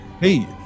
hey